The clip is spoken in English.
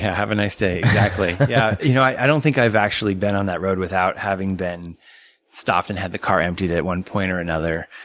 have a nice day, exactly. yeah you know i don't think i've actually been on that road without having been stopped and had the car emptied at one point or another.